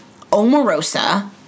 Omarosa